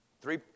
Three